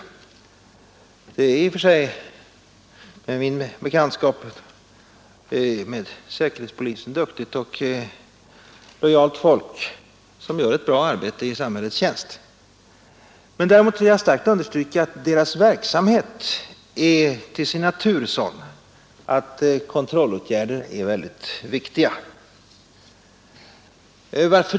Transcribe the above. De är i och för sig enligt min bekantskap med säkerhetspolisen duktigt och lojalt folk, som utför ett bra arbete i samhällets tjänst Däremot vill jag starkt understryka att deras verksamhet är till sin natur sådan att kontrollåtgärder är väldigt viktiga. Varför?